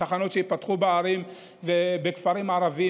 תחנות ייפתחו בערים ובכפרים ערביים,